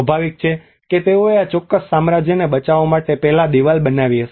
સ્વાભાવિક છે કે તેઓએ આ ચોક્કસ સામ્રાજ્યને બચાવવા માટે પહેલાં દિવાલ બનાવી હશે